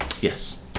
Yes